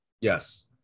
yes